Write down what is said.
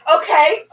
okay